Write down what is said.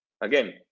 Again